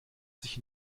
sich